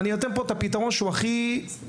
אני נותן פה פתרון שהוא הכי יישומי,